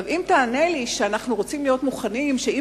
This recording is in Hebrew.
אם תענה לי שאנחנו רוצים להיות מוכנים שאם